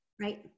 Right